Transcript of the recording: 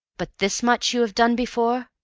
but this much you have done before?